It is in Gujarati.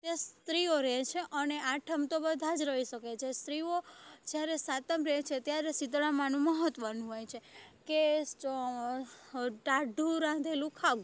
તે સ્ત્રીઓ રહે છે અને આઠમ તો બધા જ રહી શકે છે સ્ત્રીઓ જ્યારે સાતમ રહે છે ત્યારે શીતળામાનું મહત્ત્વનું હોય છે કે ટાઢું રાંધેલું ખાવું